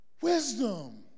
wisdom